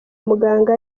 muganga